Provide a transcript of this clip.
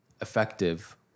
effective